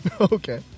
Okay